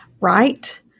right